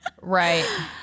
Right